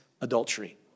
adultery